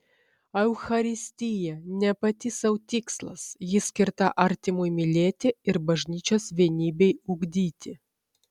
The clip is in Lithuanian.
eucharistija ne pati sau tikslas ji skirta artimui mylėti ir bažnyčios vienybei ugdyti